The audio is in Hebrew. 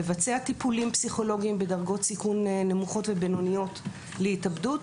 לבצע טיפולים פסיכולוגים בדרגות סיכון נמוכות ובינוניות להתאבדות,